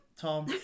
Tom